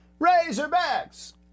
Razorbacks